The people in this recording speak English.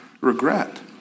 regret